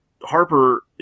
Harper